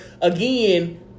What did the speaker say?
again